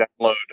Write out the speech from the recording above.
download